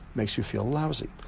makes you feel lousy.